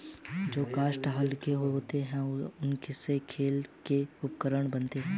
जो काष्ठ हल्के होते हैं, उनसे खेल के उपकरण बनते हैं